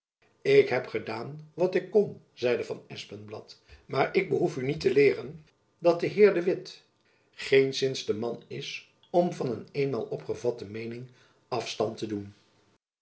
ik heb gedaan wat ik kon zeide van espenblad maar ik behoef u niet te leeren dat de heer jacob van lennep elizabeth musch de witt geenszins de man is om van een eenmaal opgevatte meening afstand te doen